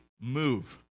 move